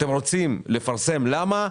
אתם רוצים לפרסם למה?